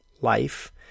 life